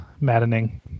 Maddening